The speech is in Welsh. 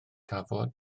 cafwyd